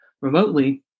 remotely